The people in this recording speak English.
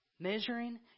Measuring